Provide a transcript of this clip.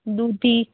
दूधी